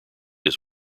his